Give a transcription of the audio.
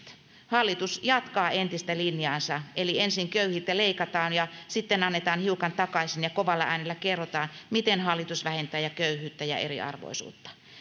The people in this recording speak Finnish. hallitus jatkaa entistä linjaansa ensin köyhiltä leikataan ja sitten annetaan hiukan takaisin ja kovalla äänellä kerrotaan miten hallitus vähentää köyhyyttä ja eriarvoisuutta